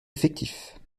effectifs